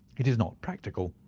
it is not practical.